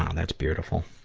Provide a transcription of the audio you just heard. um that's beautiful.